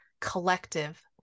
collective